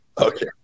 Okay